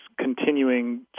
continuing